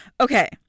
Okay